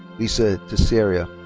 lisa tissiera.